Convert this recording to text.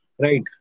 right